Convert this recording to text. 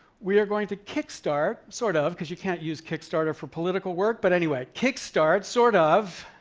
we are going to kickstart, sort of, because you can't use kickstarter for political work, but anyway, kickstart, sort of,